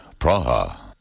Praha